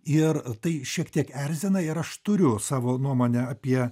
ir tai šiek tiek erzina ir aš turiu savo nuomonę apie